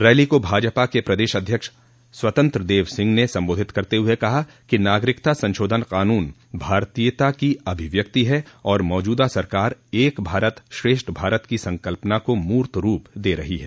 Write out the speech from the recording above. rally को भाजपा के प्रदेश अध्यक्ष स्वतंत्र देव सिंह ने संबोधित करते हुए कहा कि नागरिकता संशोधन कानून भारतीयता की अभिव्यक्ति है और मौजूदा सरकार एक भारत श्रेष्ठ भारत की संकल्पना को मूर्त रूप दे रही है